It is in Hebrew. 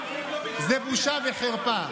זה בושה וחרפה.